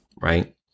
right